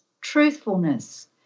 truthfulness